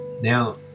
Now